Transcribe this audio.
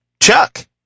Chuck